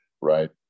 right